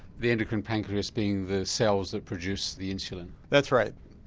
the endocrine pancreas being the cells that produce the insulin? that's right.